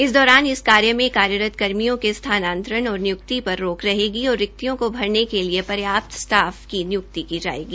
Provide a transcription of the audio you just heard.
इस दौरान इस कार्य में कार्यरत कर्मियों के स्थानांतरण और नियुक्ति पर रोक होगी और रिक्तियों को भरने के लिए पर्याप्त स्टाफ की नियुक्ति भी की जाएगी